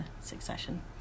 succession